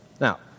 Now